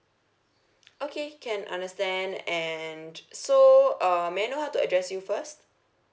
okay can understand and so uh may I know how to address you first